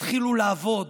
תתחילו לעבוד,